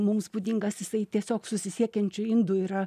mums būdingas jisai tiesiog susisiekiančių indų yra